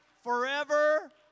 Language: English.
forever